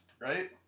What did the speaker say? right